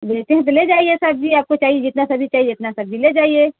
लेकिन तो ले जाइए सब्ज़ी आपको चाहिए जितना सब्ज़ी चाहिए इतना सब्ज़ी ले जाइए